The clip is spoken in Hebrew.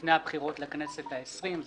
לפני הבחירות לכנסת העשרים.